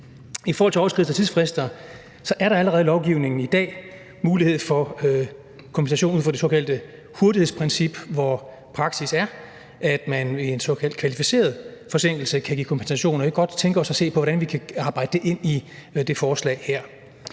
I forhold til overskridelse af tidsfrister er der allerede i lovgivningen i dag mulighed for kompensation ud fra det såkaldte hurtighedsprincip, hvor praksis er, at man ved en såkaldt kvalificeret forsinkelse kan give kompensation, og vi kunne godt tænke os at se på, hvordan vi kan arbejde det ind i det her forslag.